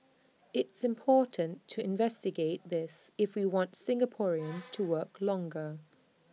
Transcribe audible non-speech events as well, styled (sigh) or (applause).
it's important to investigate this if we want Singaporeans (noise) to work longer